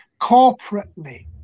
corporately